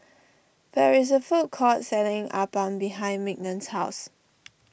there is a food court selling Appam behind Mignon's house